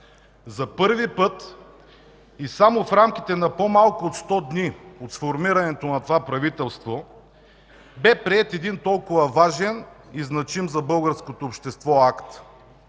За първи път и само в рамките на по-малко от 100 дни от сформирането на това правителство бе приет един толкова важен и значим за българското общество акт.